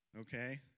okay